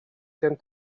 gen